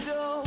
go